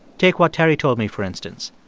take what terry told me, for instance.